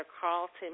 Carlton